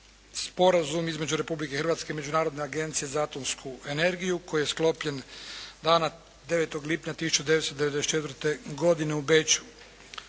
Sporazum između Republike Hrvatske i Međunarodne agencije za atomsku energiju koji je sklopljen dana 9. lipnja 1994. godine u Beču.